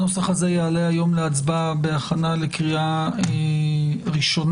הנוסח הזה יעלה היום להצבעה בהכנה לקריאה ראשונה.